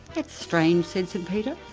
that's strange, said st peter,